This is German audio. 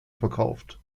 verkauft